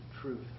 truth